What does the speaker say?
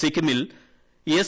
സിക്കിമിൽ S